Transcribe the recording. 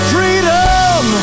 Freedom